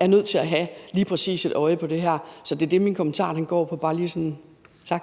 er nødt til at have et øje på lige præcis det her. Så det er det, min kommentar går på. Tak.